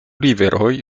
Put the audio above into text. riveroj